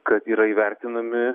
kad yra įvertinami